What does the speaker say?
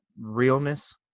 realness